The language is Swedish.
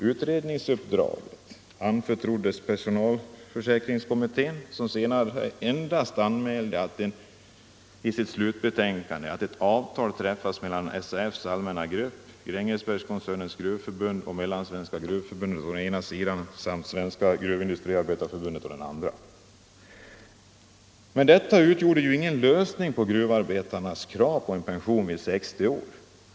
Utredningsuppdraget anförtrod Onsdagen den des åt pensionsförsäkringskommittén, som i sitt slutbetänkande endast 4 december 1974 anmälde att ett avtal träffats mellan SAF:s allmänna grupp, Grängesbergskoncernens Gruvförbund och Mellansvenska gruvförbundet, å ena — Sänkning av den sidan, samt Svenska gruvindustriarbetareförbundet, å den andra. Men = allmänna pensionsdetta utgjorde ingen lösning på gruvarbetarnas krav. åldern, m.m.